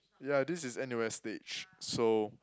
ya this is N_U_S-stage so